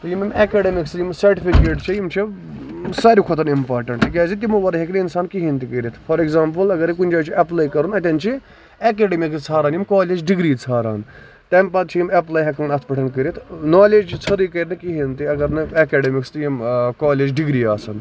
تہٕ یِمن ایکَڈیمِکٕس یِم سرٹِفِکیٹہٕ چھِ یِم چھِ ساروی کھۄتہٕ اِمپارٹنٹ تِکیازِ تِمو ورٲے ہٮ۪کہِ نہٕ اِنسان کِہینۍ تہِ کٔرِتھ فار اٮ۪کزامپٕل اَگر ہے کُنہِ جایہِ چھُ ایپلاے کَرُن اَتین چھِ اٮ۪کیڈِمِکٕس ژھانڑان یِم کالیج ڈِگری ژھانڑان تَمہِ پَتہٕ چھِ یِم ایپلاے ہٮ۪کان اَتھ پٮ۪ٹھ کٔرِتھ نالیج ژھرٕے کرنہِ کِہینۍ تہِ اَگر نہٕ اٮ۪کیڈیمِکٕس تہٕ یِم کالیج ڈگری آسن